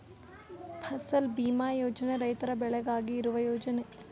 ಫಸಲ್ ಭೀಮಾ ಯೋಜನೆ ರೈತರ ಬೆಳೆಗಾಗಿ ಇರುವ ಯೋಜನೆ